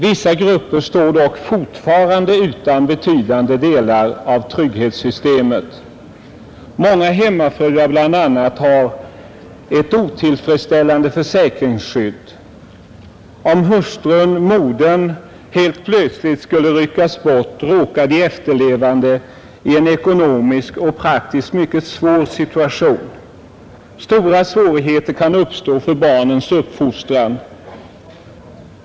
Vissa grupper står dock fortfarande utan betydande delar av trygghetssystemet. Många hemmafruar bl.a. har ett otillfredsställande försäkringsskydd. Om hustrun-modern helt plötsligt skulle ryckas bort, råkar de efterlevande i en ekonomiskt och praktiskt mycket svår situation. Stora svårigheter kan uppstå i fråga om barnens uppfostran.